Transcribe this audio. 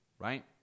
right